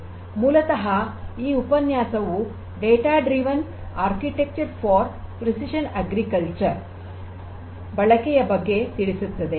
ಮೂಲತಃ ಈ ಉಪನ್ಯಾಸವು "ನಿಖರ ಕೃಷಿಗಾಗಿ ಡೇಟಾ ಚಾಲಿತ ವಾಸ್ತುಶಿಲ್ಪ" ದ ಬಳಕೆಯ ಬಗ್ಗೆ ತಿಳಿಸುತ್ತದೆ